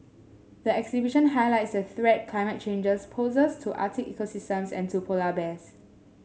the exhibition highlights the threat climate change poses to Arctic ecosystems and to polar bears